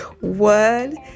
one